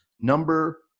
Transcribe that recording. number